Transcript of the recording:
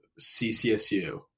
CCSU